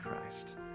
Christ